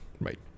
Right